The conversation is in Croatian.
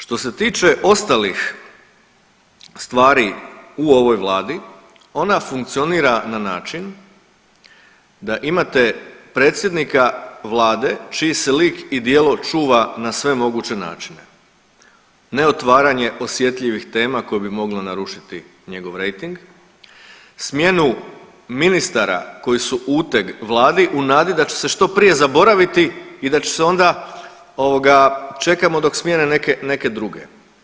Što se tiče ostalih stvari u ovoj Vladi ona funkcionira na način da imate predsjednika Vlade čiji se lik i djelo čuva na sve moguće načine ne otvaranje osjetljivih tema koje bi moglo narušiti njegov rejting, smjenu ministara koji su uteg Vladi u nadi da će se što prije zaboraviti i da će se onda čekamo da smjene neke druge.